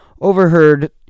overheard